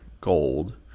gold